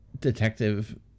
detective